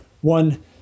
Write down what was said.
one